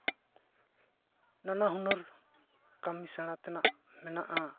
ᱱᱟᱱᱟᱦᱩᱱᱟᱹᱨ ᱠᱟᱹᱢᱤ ᱥᱮᱬᱟ ᱛᱮᱱᱟᱜ ᱢᱮᱱᱟᱜᱼᱟ